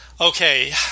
Okay